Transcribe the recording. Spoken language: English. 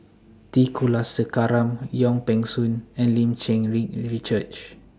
T Kulasekaram Wong Peng Soon and Lim Cherng Yih Richard